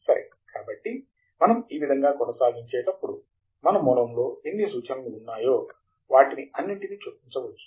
సరే కాబట్టి మనం ఈ విధముగా కొనసాగేటప్పుడు మన మూలంలో ఎన్ని సూచనలు ఉన్నాయో వాటిని అన్నింటినీ చొప్పించవచ్చు